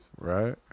Right